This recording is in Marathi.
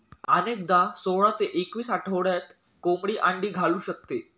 अनेकदा सोळा ते एकवीस आठवड्यात कोंबडी अंडी घालू शकते